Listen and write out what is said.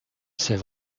c’est